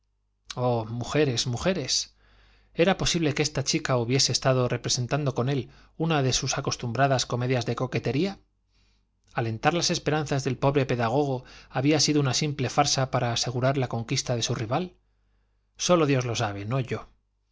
mujeres mujeres era posible que esta chica hubiese estado representando con él una de sus acostumbradas comedias de coquetería alentar las esperanzas del pobre pedagogo había sido una simple farsa para asegurar la conquista de su rival sólo dios lo sabe no yo